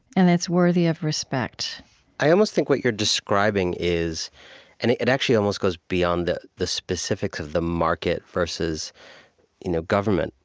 and it's worthy of respect i almost think what you're describing is and it it actually almost goes beyond the the specifics of the market versus you know government,